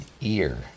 ear